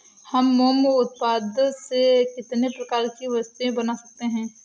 हम मोम उत्पाद से कितने प्रकार की वस्तुएं बना सकते हैं?